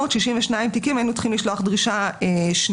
כ-462,000 תיקים היינו צריכים לשלוח דרישה שנייה.